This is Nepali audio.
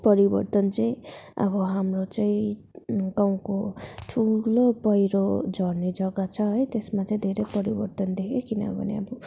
परिवर्तन चाहिँ अब हाम्रो चाहिँ गाउँको ठुलो पहिरो झर्ने जग्गा छ है त्यसमा चाहिँ धेरै परिवर्तन देखेँ किनभने अब